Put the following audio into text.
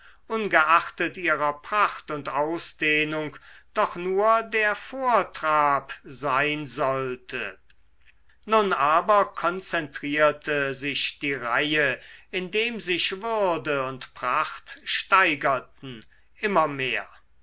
ungeachtet ihrer pracht und ausdehnung doch nur der vortrab sein sollte nun aber konzentrierte sich die reihe indem sich würde und pracht steigerten immer mehr